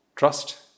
Trust